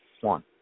One